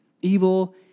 evil